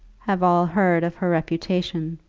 have all heard of her reputation,